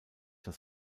das